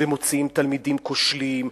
מוציאים תלמידים כושלים,